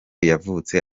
yavutse